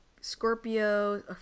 Scorpio